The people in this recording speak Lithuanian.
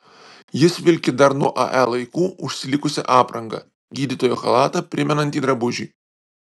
jis vilki dar nuo ae laikų užsilikusią aprangą gydytojo chalatą primenantį drabužį